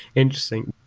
interesting.